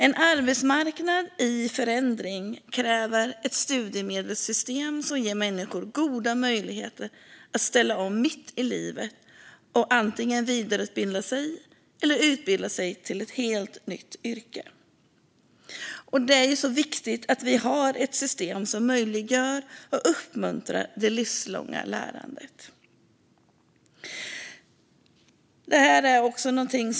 En arbetsmarknad i förändring kräver ett studiemedelssystem som ger människor goda möjligheter att ställa om mitt i livet och antingen vidareutbilda sig eller utbilda sig till ett helt nytt yrke. Det är viktigt att vi har ett system som möjliggör och uppmuntrar det livslånga lärandet.